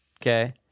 Okay